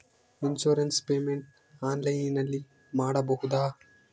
Insurance payment ಆನ್ಲೈನಿನಲ್ಲಿ ಮಾಡಬಹುದಾ?